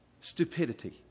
stupidity